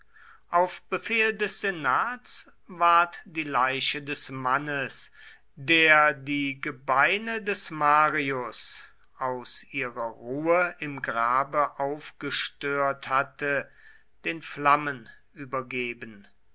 auf befehl des senats ward die leiche des mannes der die gebeine des marius aus ihrer ruhe im grabe aufgestört hatte den flammen übergeben